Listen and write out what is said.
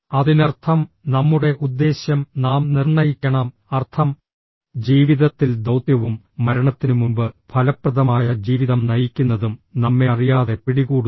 അതിനർത്ഥം നമ്മുടെ ഉദ്ദേശ്യം നാം നിർണ്ണയിക്കണം അർത്ഥം ജീവിതത്തിൽ ദൌത്യവും മരണത്തിനുമുമ്പ് ഫലപ്രദമായ ജീവിതം നയിക്കുന്നതും നമ്മെ അറിയാതെ പിടികൂടുന്നു